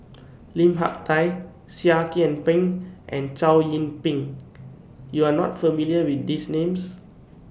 Lim Hak Tai Seah Kian Peng and Chow Yian Ping YOU Are not familiar with These Names